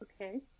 okay